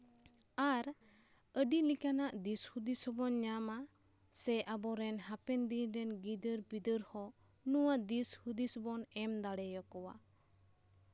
ᱟᱨ ᱟᱹᱰᱤ ᱞᱮᱠᱟᱱᱟᱜ ᱫᱤᱥ ᱦᱩᱸᱫᱤᱥ ᱦᱚᱸᱵᱚᱱ ᱧᱟᱢᱟ ᱥᱮ ᱟᱵᱚ ᱨᱮᱱ ᱦᱟᱯᱮᱱ ᱫᱤᱱ ᱨᱮᱱ ᱜᱤᱫᱟᱹᱨᱼᱯᱤᱫᱟᱹᱨ ᱦᱚᱸ ᱱᱚᱣᱟ ᱫᱤᱥ ᱦᱩᱸᱫᱤᱥ ᱵᱚᱱ ᱮᱢ ᱫᱟᱲᱮᱭᱟᱠᱚᱣᱟ